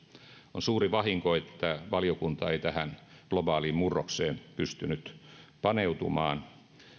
on suuri vahinko että valiokunta ei tähän globaaliin murrokseen pystynyt paneutumaan